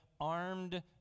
armed